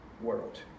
world